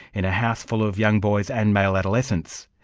in a house full of young boys and male adolescents.